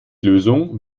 lösung